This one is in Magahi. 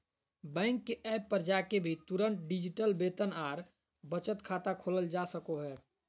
बैंक के एप्प पर जाके भी तुरंत डिजिटल वेतन आर बचत खाता खोलल जा सको हय